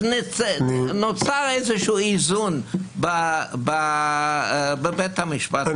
אז נוצר איזשהו איזון בבית המשפט.